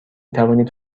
توانید